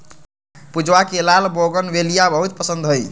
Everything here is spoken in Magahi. पूजवा के लाल बोगनवेलिया बहुत पसंद हई